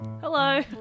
Hello